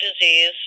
disease